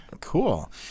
Cool